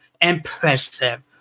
Impressive